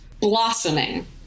blossoming